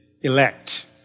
elect